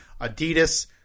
Adidas